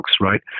right